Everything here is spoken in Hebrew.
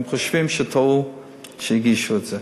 הם חושבים שהם טעו שהגישו את זה.